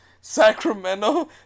Sacramento